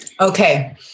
Okay